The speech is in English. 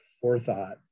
forethought